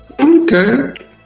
okay